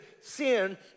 sin